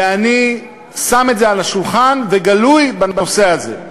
ואני שם את זה על השולחן וגלוי בנושא הזה.